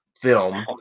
film